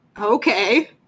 Okay